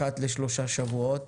אחת לשלושה שבועות.